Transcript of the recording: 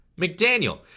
McDaniel